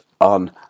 on